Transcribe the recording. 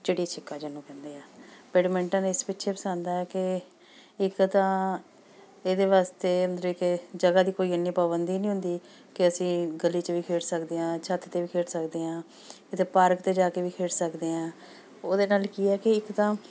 ਚਿੜੀ ਛਿੱਕਾ ਜਿਹਨੂੰ ਕਹਿੰਦੇ ਆ ਬੈਡਮਿੰਟਨ ਇਸ ਪਿੱਛੇ ਪਸੰਦ ਆ ਕਿ ਇੱਕ ਤਾਂ ਇਹਦੇ ਵਾਸਤੇ ਮਤਲਬ ਕਿ ਜਗ੍ਹਾ ਦੀ ਕੋਈ ਇੰਨੀ ਪਾਬੰਦੀ ਨਹੀਂ ਹੁੰਦੀ ਕਿ ਅਸੀਂ ਗਲੀ 'ਚ ਵੀ ਖੇਡ ਸਕਦੇ ਹਾਂ ਛੱਤ 'ਤੇ ਵੀ ਖੇਡ ਸਕਦੇ ਹਾਂ ਅਤੇ ਪਾਰਕ 'ਤੇ ਜਾ ਕੇ ਵੀ ਖੇਡ ਸਕਦੇ ਹਾਂ ਉਹਦੇ ਨਾਲ ਕੀ ਹੈ ਕਿ ਇੱਕ ਤਾਂ